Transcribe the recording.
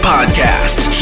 Podcast